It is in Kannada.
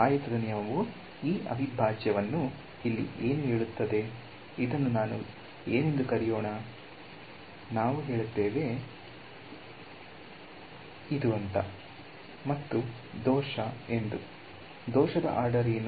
ಆಯತದ ನಿಯಮವು ಈ ಅವಿಭಾಜ್ಯವನ್ನು ಇಲ್ಲಿ ಏನು ಹೇಳುತ್ತದೆ ಇದನ್ನು ನಾನು ಏನೆಂದು ಕರೆಯೋಣ ನಾವು ಹೇಳುತ್ತೇವೆ ಮತ್ತು ದೋಷ ಎಂದು ದೋಷದ ಆರ್ಡರ್ ಏನು